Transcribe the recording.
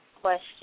question